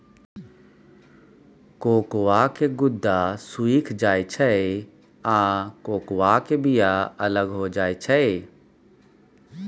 cocoa के गुद्दा सुइख जाइ छइ आ कोकोआ के बिया अलग हो जाइ छइ